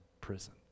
prison